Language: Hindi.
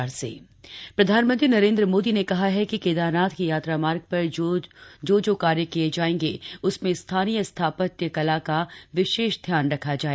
पीएम केदारनाथ प्रधानमंत्री नरेन्द्र मोदी ने कहा है कि केदारनाथ के यात्रा मार्ग पर जो जो कार्य किये जायेंगे उसमें स्थानीय स्थापत्य कला का विशेष ध्यान रखा जाय